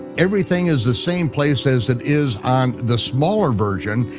everything is the same place as it is on the smaller version,